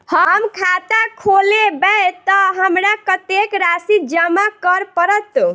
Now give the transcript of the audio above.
हम खाता खोलेबै तऽ हमरा कत्तेक राशि जमा करऽ पड़त?